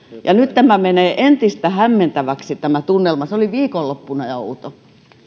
nyt tämä tunnelma menee entistä hämmentävämmäksi se oli viikonloppuna jo outo se